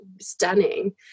stunning